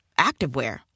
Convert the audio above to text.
activewear